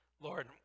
Lord